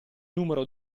numero